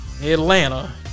Atlanta